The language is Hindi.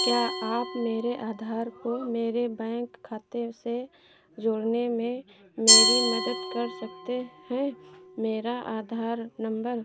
क्या आप मेरे आधार को मेरे बैंक खाते से जोड़ने में मेरी मदद कर सकते हैं मेरा आधार नम्बर है दो नौ पाँच पाँच एक दो पाँच तीन सात चार तीन एक है और मेरा बैंक खाता नम्बर एक चार चार छह छह एक छह तीन छह चार नौ सात तीन आठ नौ पाँच है